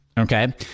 Okay